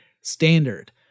standard